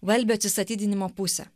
velbio atsistatydinimo pusę